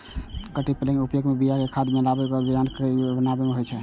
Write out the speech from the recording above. cultipacker के उपयोग बिया कें खाद सं मिलाबै मे आ बियाक कियारी बनाबै मे होइ छै